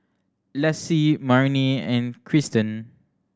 Lassie Marnie and Cristen